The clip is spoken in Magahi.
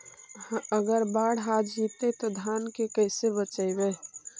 अगर बाढ़ आ जितै तो धान के कैसे बचइबै?